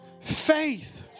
faith